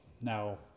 Now